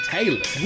Taylor